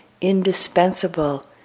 indispensable